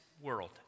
World